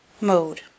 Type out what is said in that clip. mode